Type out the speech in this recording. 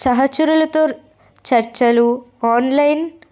సహచరులతో చర్చలు ఆన్లైన్